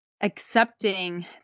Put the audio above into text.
accepting